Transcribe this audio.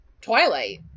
Twilight